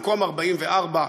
במקום 44,